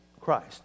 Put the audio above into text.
Christ